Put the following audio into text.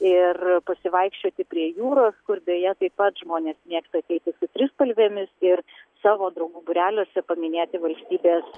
ir pasivaikščioti prie jūros kur beje taip pat žmonės mėgsta ateiti su trispalvėmis ir savo draugų būreliuose paminėti valstybės